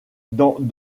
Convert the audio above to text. dans